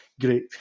Great